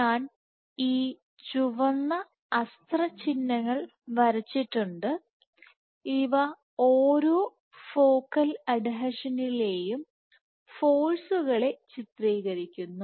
ഞാൻ ഈ ചുവന്ന അസ്ത്ര ചിഹ്നങ്ങൾ വരച്ചിട്ടുണ്ട് ഇവ ഓരോ ഫോക്കൽ അഡ്ഹീഷനിലേയും ഫോഴ്സുകളെചിത്രീകരിക്കുന്നു